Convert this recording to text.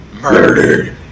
murdered